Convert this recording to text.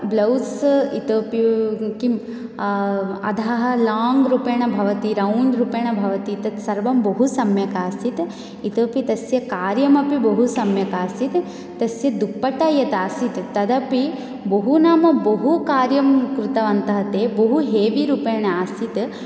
blouse इतोऽपि किं अधः लोङ्ग्रूपेण भवति रौण्डरूपेण भवति तत् सर्वं बहुसम्यक् आसीत् इतोपि तस्य कार्यम् अपि बहुसम्यक् आसीत् तस्य दुप्पटा यद् आसीत् तदपि बहु नाम बहुकार्यं कृतवन्तः ते बहुहेवीरूपेण आसीत्